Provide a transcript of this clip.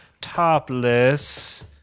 Topless